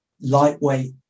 lightweight